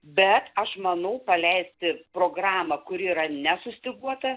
bet aš manau paleisti programą kuri yra nesustyguota